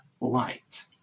light